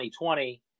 2020